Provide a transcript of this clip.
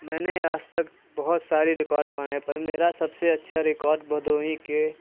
मैंने आज तक बहुत सारे रिकॉर्ड बनाए पर मेरा सबसे अच्छा रिकॉर्ड भदोही के